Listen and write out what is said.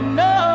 no